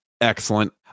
excellent